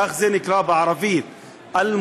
כך זה נקרא בערבית אל-מואד'ן,